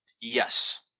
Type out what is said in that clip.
Yes